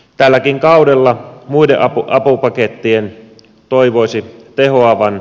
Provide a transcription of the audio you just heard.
tälläkin kaudella muiden apupakettien toivoisi tehoavan